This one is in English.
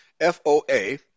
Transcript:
F-O-A